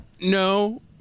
No